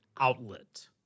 outlet